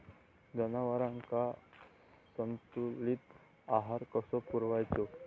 जनावरांका संतुलित आहार कसो पुरवायचो?